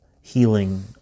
healing